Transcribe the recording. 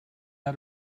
out